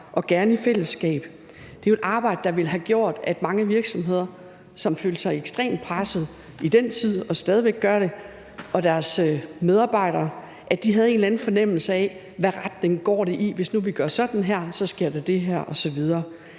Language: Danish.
og gerne i fællesskab. Det er jo et arbejde, der ville have gjort, at mange virksomheder, som følte sig ekstremt presset i den tid og stadig væk gør det, og deres medarbejdere havde en eller anden fornemmelse af, hvad retning det går i: Hvis nu vi gør sådan her, sker der det her, osv.